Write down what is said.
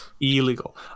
illegal